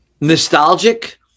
nostalgic